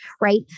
right